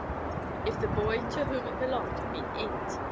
if the boy to whom it belonged had been inked,